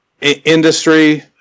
industry